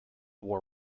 war